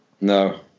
No